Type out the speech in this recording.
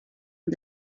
and